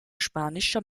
spanischer